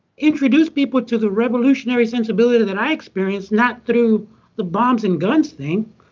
introduce people to the revolutionary sensibility that i experienced, not through the bombs and guns thing,